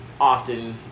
often